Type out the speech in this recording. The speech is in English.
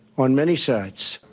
on many sides.